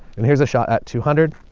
and here's a shot at two hundred,